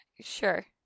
Sure